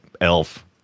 Elf